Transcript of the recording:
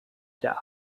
der